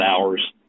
hours